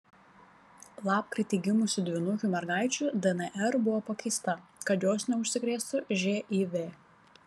lapkritį gimusių dvynukių mergaičių dnr buvo pakeista kad jos neužsikrėstų živ